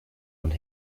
und